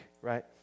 right